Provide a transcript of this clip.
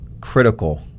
critical